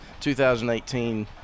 2018